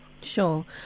Sure